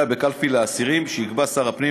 להצביע בקלפי לעצירים שיקבע שר הפנים